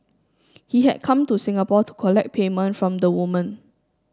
he had come to Singapore to collect payment from the woman